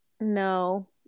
No